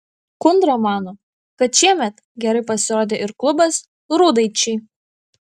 kundra mano kad šiemet gerai pasirodė ir klubas rūdaičiai